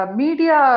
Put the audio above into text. media